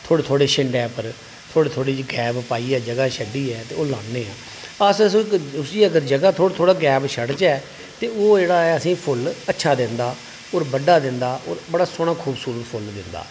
थोह्ड़े थोह्ड़े छिंड़ै उप्पर थोह्ड़े थोह्ड़े इ'यां गैब पाइयै जगह छड्ढियै ते ओह् लान्ने आं अस अगर उसी जगह् थोह्ड़ा थोग्ड़ा गैब छड्ढचै ते ओह् जेह्ड़ा ऐ असेंगी फुल्ल अच्छा दिंदा होर बड्डा दिंदा होर बड़ा सोह्ना खूबसूरत फुल्ल दिंदा